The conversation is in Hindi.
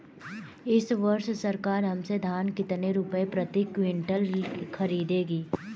इस वर्ष सरकार हमसे धान कितने रुपए प्रति क्विंटल खरीदेगी?